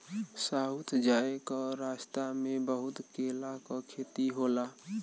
south जाए क रस्ता में बहुत केला क खेती होला